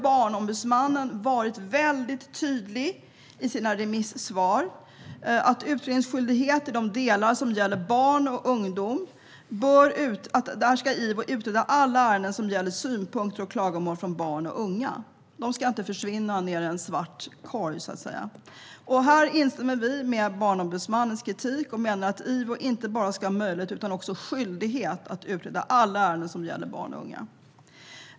Barnombudsmannen har varit mycket tydlig i sina remissvar när det gäller att IVO ska utreda alla ärenden som gäller synpunkter och klagomål från barn och unga. De ska inte försvinna ned i en svart korg. Vi instämmer i Barnombudsmannens kritik och menar att IVO inte bara ska ha möjlighet utan också skyldighet att utreda alla ärenden som gäller barn och unga.